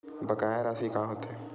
बकाया राशि का होथे?